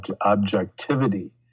objectivity